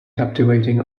captivating